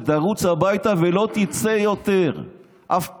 תרוץ הביתה ולא תצא יותר אף פעם,